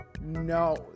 No